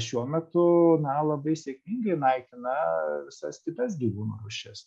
šiuo metu na labai sėkmingai naikina visas kitas gyvūnų rūšis